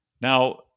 Now